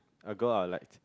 a girl I'll liked